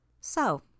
So